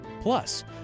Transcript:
Plus